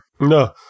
No